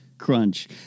Crunch